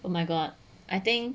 oh my god I think